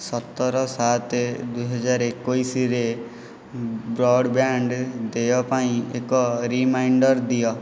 ସତର ସାତ ଦୁଇହଜାର ଏକୋଇଶରେ ବ୍ରଡ଼୍ବ୍ୟାଣ୍ଡ୍ ଦେୟ ପାଇଁ ଏକ ରିମାଇଣ୍ଡର୍ ଦିଅ